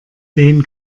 den